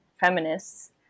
feminists